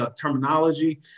terminology